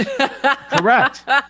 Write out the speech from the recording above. Correct